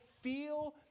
feel